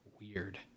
weird